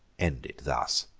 ended thus.